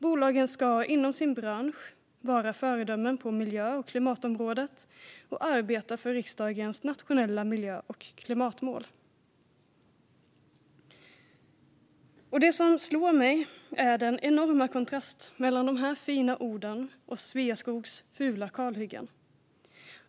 Bolagen ska inom sin bransch vara föredömen på miljö och klimatområdet och arbeta för riksdagens nationella miljö och klimatmål. Det som slår mig är den enorma kontrasten mellan dessa fina ord och Sveaskogs fula kalhyggen.